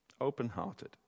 Open-hearted